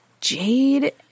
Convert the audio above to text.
Jade